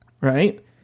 right